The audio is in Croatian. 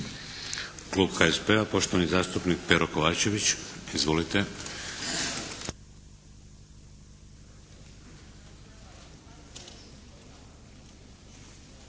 Klub HSP-a poštovani zastupnik Pero Kovačević. Izvolite.